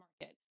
market